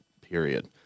period